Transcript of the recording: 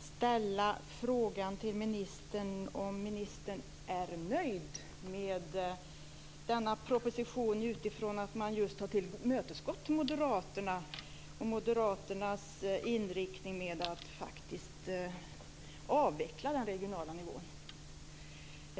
ställa en fråga till ministern om ministern är nöjd med denna proposition utifrån att man just har tillmötesgått moderaterna och moderaternas inriktning att faktiskt avveckla den regionala nivån.